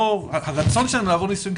הרצון שלהם לעבור נישואין,